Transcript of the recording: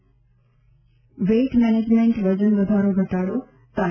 આજે weight management વજન વધારો ઘટાડો તા